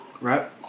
Right